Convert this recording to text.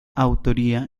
autoría